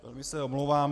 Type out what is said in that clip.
Velmi se omlouvám.